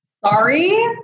Sorry